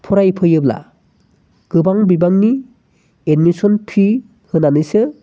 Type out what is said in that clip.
फरायफैयोब्ला गोबां बिबांनि admission fee होनानैसो